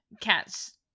cats